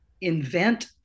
invent